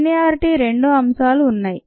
linearity రెండు అంశాలు ఉన్నాయి